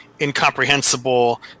incomprehensible